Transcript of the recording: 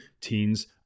teens